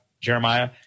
Jeremiah